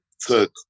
took